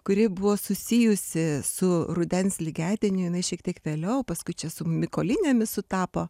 kuri buvo susijusi su rudens lygiadieniu jinai šiek tiek vėliau paskui čia su mykolinėmis sutapo